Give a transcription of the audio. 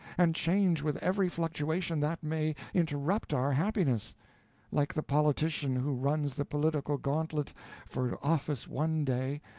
and change with every fluctuation that may interrupt our happiness like the politician who runs the political gantlet for office one day,